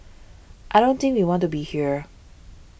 I don't think we want to be here